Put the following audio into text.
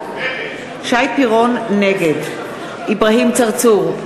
נגד אברהים צרצור,